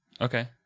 Okay